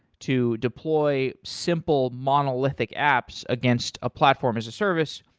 to deploy simple monolithic apps against a platform as a service.